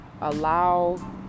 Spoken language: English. allow